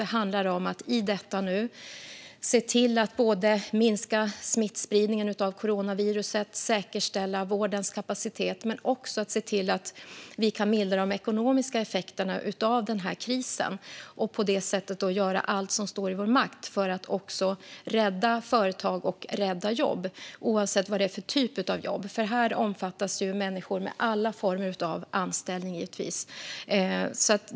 Det handlar om att i detta nu se till att både minska smittspridningen av coronaviruset och säkerställa vårdens kapacitet men också se till att vi kan mildra de ekonomiska effekterna av den här krisen och på det sättet göra allt som står i vår makt för att rädda företag och rädda jobb, oavsett vad det är för typ av jobb. Här omfattas givetvis människor med alla former av anställning.